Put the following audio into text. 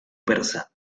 persa